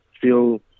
feel